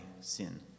sin